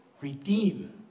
redeem